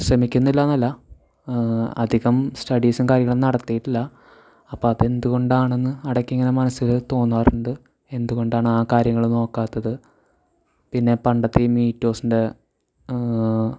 ശ്രമിക്കുന്നില്ലന്നല്ല അധികം സ്റ്റഡീസും കാര്യങ്ങളും നടത്തീട്ടില്ല അപ്പോൾ അത് എന്തുകൊണ്ടാണെന്ന് ഇടക്ക് ഇങ്ങനെ മനസ്സിൽ തോന്നാറുണ്ട് എന്തുകൊണ്ടാണ് ആ കാര്യങ്ങൾ നോക്കാത്തത് പിന്നെ പണ്ടത്തെ ഈ മീറ്റോസ്ൻ്റെ